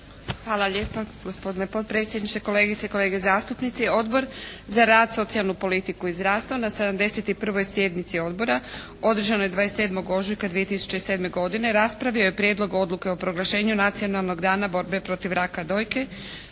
Hvala lijepa. Gospodine potpredsjedniče, kolegice i kolege zastupnici. Odbor za rad, socijalnu politiku i zdravstvo na 71. sjednici odbora održanoj 27. ožujka 2007. godine raspravio je Prijedlog odluke o proglašenju "Nacionalnog dana borbe protiv raka dojke"